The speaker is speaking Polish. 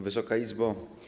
Wysoka Izbo!